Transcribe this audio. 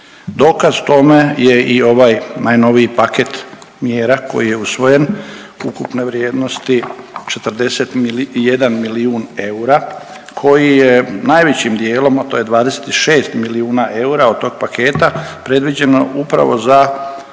Dokaz tome je i ovaj najnoviji paket mjera koji je usvojen, ukupne vrijednosti 41 milijuna eura, koji je najvećim dijelom, a to je 26 milijuna eura od tog paketa predviđeno upravo za